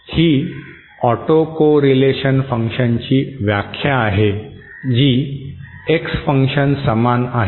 ही autocorrelation फंक्शनची व्याख्या आहे जी एक्स फंक्शन समान आहे